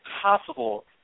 possible